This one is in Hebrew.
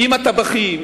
עם הטבחים,